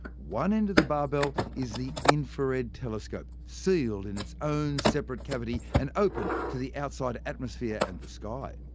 one end of the barbell is the infrared telescope, sealed in its own separate cavity and open to the outside atmosphere and the sky.